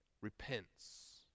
repents